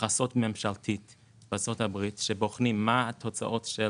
בארצות הברית שבוחנים מה התוצאות של